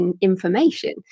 information